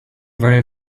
very